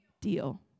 deal